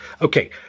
Okay